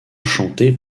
chantée